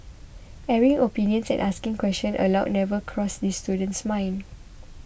airing opinions and asking questions aloud never crossed this student's mind